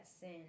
sin